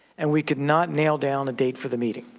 and we cannot nail down a date for the meeting.